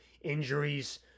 injuries